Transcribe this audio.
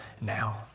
now